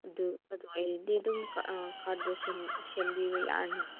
ꯑꯗꯨ ꯑꯗꯨ ꯑꯣꯏꯔꯗꯤ ꯑꯗꯨꯝ ꯀꯥꯔꯗꯇꯣ ꯁꯦꯝꯕꯤꯕ ꯌꯥꯔꯅꯤ